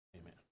amen